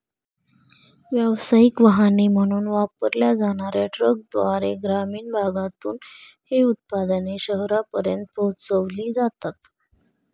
व्यावसायिक वाहने म्हणून वापरल्या जाणार्या ट्रकद्वारे ग्रामीण भागातून ही उत्पादने शहरांपर्यंत पोहोचविली जातात